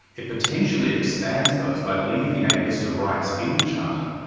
it potentially expands those by leaving a list of rights in the charter,